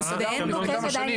את צין סגרנו לפני כמה שנים.